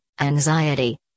anxiety